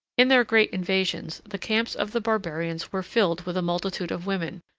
in their great invasions, the camps of the barbarians were filled with a multitude of women,